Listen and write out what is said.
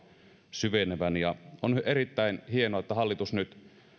syvenevän on erittäin hienoa että hallitus nyt